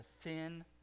thin